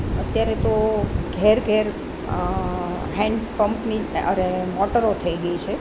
અત્યારે તો ઘરે ઘરે હેન્ડ પંપની અરે મોટરો થઈ ગઈ છે